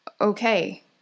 okay